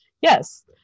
Yes